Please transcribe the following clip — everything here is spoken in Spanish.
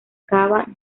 acababa